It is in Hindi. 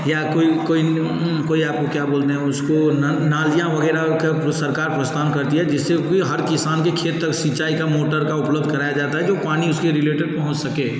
या कोई कोई कोई आपको क्या बोलते हैं उसको नल नालियाँ वगैरह क सरकार प्रोत्साहन करती है जिससे कि हर किसान की खेत तक सिंचाई का मोटर का उपलब्ध कराया जाता है जो पानी उसके रिलेटेड पहुँच सके